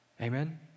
Amen